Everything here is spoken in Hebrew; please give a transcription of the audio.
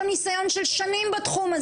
יש לו ניסיון של שנים בתחום הזה.